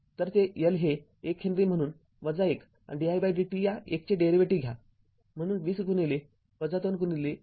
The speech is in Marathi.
तर ते L हे १ हेनरी आहे म्हणून १ आणि didt या १ चे डेरीवेटीव्ह घ्या म्हणून २० २ e २t आहे